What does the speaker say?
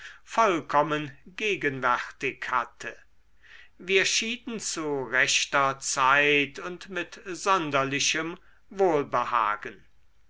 vollkommen gegenwärtig hatte wir schieden zu rechter zeit und mit sonderlichem wohlbehagen